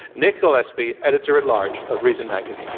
nick gillespie, editor at large of reason magazine.